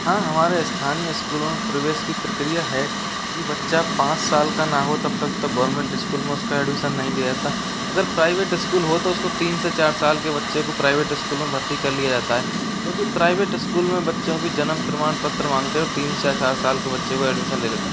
हाँ हमारे स्थानीय स्कूलों में प्रवेश की प्रक्रिया है कि बच्चा पाँच साल का ना हो तब तक तो गवर्नमेंट स्कूल में उसका एडमिशन नहीं लिया जाता अगर प्राइवेट स्कूल हो तो उसको तीन से चार साल के बच्चे को प्राइवेट स्कूलों में भरती कर लिया जाता है क्योंकि प्राइवेट स्कूल में बच्चों की जन्म प्रमाण पत्र मांगते हैं और तीन से चार साल के बच्चे को एडमिशन ले लेते हैं